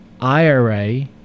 IRA